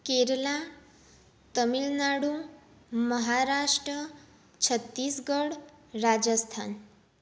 Kerala Tamil Nadu Maharashtra Chhattisgarh Rajasthan